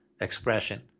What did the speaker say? expression